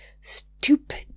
Stupid